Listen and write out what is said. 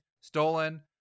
stolen